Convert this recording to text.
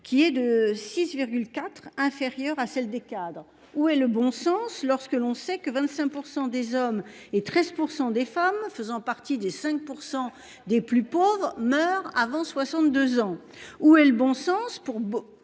qui est de 6. IV inférieure à celle des cadres. Ou est le bon sens lorsque l'on sait que 25% des hommes et 13% des femmes faisant partie des 5% des plus pauvres meurent avant 62 ans. Où est le bon sens pour